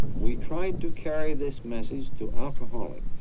we tried to carry this message to alcoholics,